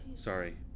Sorry